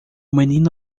menino